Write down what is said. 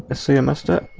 ah semester